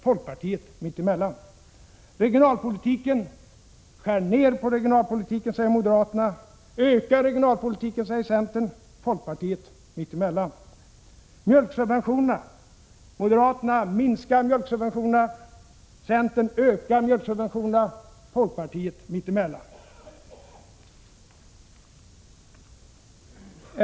Folkpartiet är mitt emellan. Vad gäller regionalpolitiken säger moderaterna: Skär ner på regionalpolitiken! Öka insatserna för regionalpolitiken, säger centern. Folkpartiet ligger mitt emellan. Moderaterna säger: Minska mjölksubventionerna! Centern säger: Öka mjölksubventionerna! Folkpartiet är mitt emellan. Herr talman!